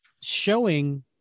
showing